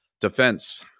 defense